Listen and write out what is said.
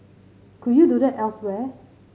could you do that elsewhere